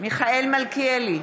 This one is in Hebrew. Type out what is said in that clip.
מיכאל מלכיאלי,